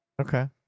Okay